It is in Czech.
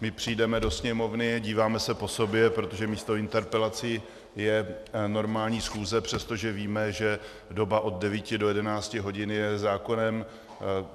My přijdeme do Sněmovny, díváme se po sobě, protože místo interpelací je normální schůze, přestože víme, že doba od 9 do 11 hodin je zákonem